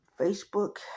Facebook